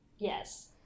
Yes